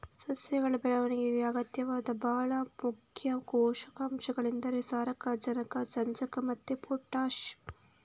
ಸಸ್ಯಗಳ ಬೆಳವಣಿಗೆಗೆ ಅಗತ್ಯವಾದ ಭಾಳ ಮುಖ್ಯ ಪೋಷಕಾಂಶಗಳೆಂದರೆ ಸಾರಜನಕ, ರಂಜಕ ಮತ್ತೆ ಪೊಟಾಷ್